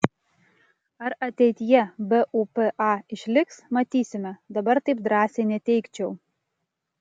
ar ateityje bupa išliks matysime dabar taip drąsiai neteigčiau